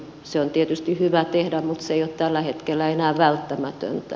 se on tietysti hyvä tehdä mutta se ei ole tällä hetkellä enää välttämätöntä